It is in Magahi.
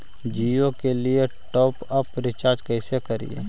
जियो के लिए टॉप अप रिचार्ज़ कैसे करी?